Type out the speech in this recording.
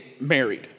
married